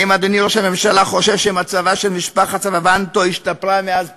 האם אדוני ראש הממשלה חושב שמצבה של משפחת סבבנטו השתפר מאז פלאים?